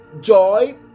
joy